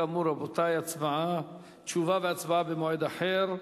כאמור, רבותי, תשובה והצבעה במועד אחר.